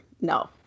No